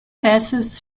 passes